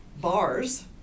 bars